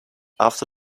after